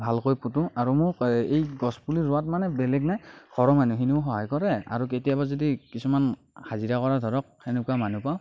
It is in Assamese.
ভালকৈ পোতো আৰু মোৰ এ এই গছ পুলি ৰোৱাত মানে বেলেগ নাই ঘৰৰ মানুহখিনিও সহায় কৰে আৰু কেতিয়াবা যদি কিছুমান হাজিৰা কৰা ধৰক সেনেকুৱা মানুহ পাওঁ